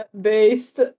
based